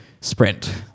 sprint